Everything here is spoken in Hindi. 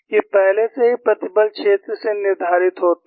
ये पहले से ही प्रतिबल क्षेत्र से निर्धारित होते हैं